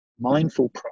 mindful